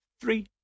Three